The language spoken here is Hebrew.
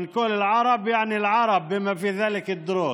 כשאנחנו אומרים ערבים הכוונה לערבים ובכלל זה הדרוזים,